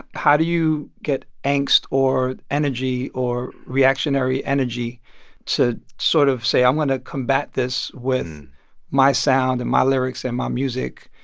how do you get angst, or energy or reactionary energy to sort of say i'm going to combat this with my sound, and my lyrics and my music.